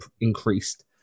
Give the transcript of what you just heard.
increased